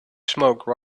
smoke